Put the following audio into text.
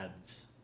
ads